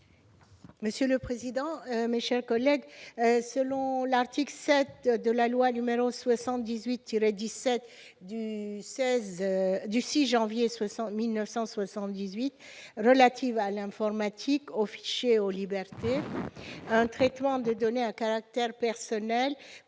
Monsieur le président, mes chers collègues, selon l'article 7 de la loi numéro 78 17 du 16 du 6 janvier 60 1978 relative à l'informatique, aux fichiers et aux libertés, un traitement des données à caractère personnel